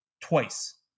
twice